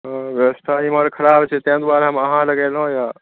व्यवस्था एम्हर ख़राब छै ताहि दुआरे हम अहाँ लग अयलहुॅं हैं